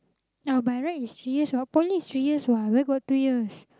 now by right is three years poly is three years what where got two years